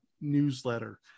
newsletter